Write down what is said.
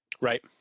Right